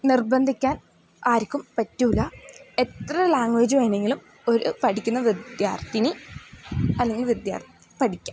നിർബന്ധിക്കാൻ ആർക്കും പറ്റില്ല എത്ര ലാംഗ്വേജ് വേണമെങ്കിലും ഒരു പഠിക്കുന്ന വിദ്യാർത്ഥിനി അല്ലെങ്കിൽ വിദ്യാർത്ഥിക്ക് പഠിക്കാം